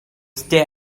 stay